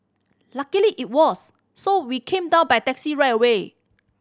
luckily it was so we came down by taxi right away